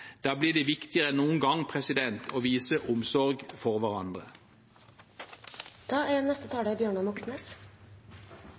Da blir det viktigere enn noen gang å vise omsorg for hverandre. Erna Solberg er